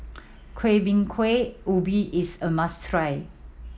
Kueh Bingka Ubi is a must try